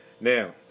Now